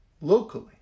locally